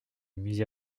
musée